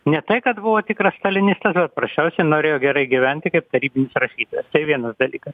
ne tai kad buvo tikras stalinistas bet paprasčiausiai norėjo gerai gyventi kaip tarybinis rašytojas tai vienas dalykas